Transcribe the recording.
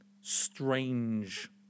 strange